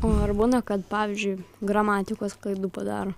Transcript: o ar būna kad pavyzdžiui gramatikos klaidų padaro